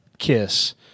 Kiss